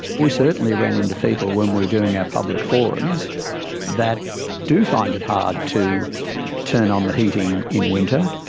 we certainly ran into people when we doing our public forums that do find it hard to turn on the heating in winter,